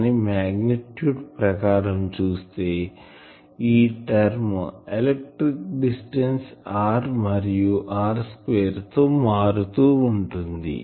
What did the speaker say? కానీ మాగ్నిట్యూడ్ ప్రకారం చూస్తే ఈ టర్మ్ ఎలక్ట్రిక్ డిస్టెన్స్ r మరియు r2 తో మారుతూ ఉంటుంది